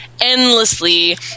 endlessly